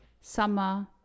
summer